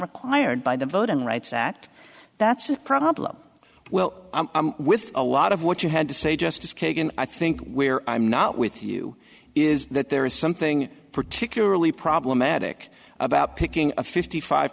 required by the voting rights act that's a problem well with a lot of what you had to say justice kagan i think where i'm not with you is that there is something particularly problematic about picking a fifty five